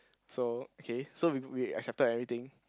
so okay so we we accepted everything